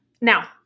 Now